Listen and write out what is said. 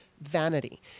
vanity